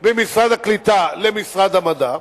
ממשרד הקליטה למשרד המדע,